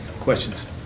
Questions